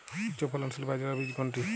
উচ্চফলনশীল বাজরার বীজ কোনটি?